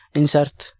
insert